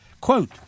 Quote